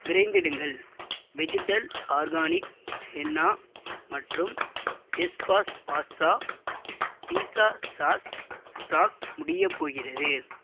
விரைந்திடுங்கள் vegetal organic henna மற்றும் செஸ்ஃப் பாஸ் பாஸ்தா பீஸா சாஸ் ஸ்டாக் முடியப் போகிறது